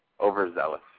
overzealous